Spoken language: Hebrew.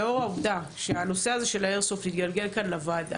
שלאור העובדה שהנושא הזה של האיירסופט התגלגל לכאן לוועדה,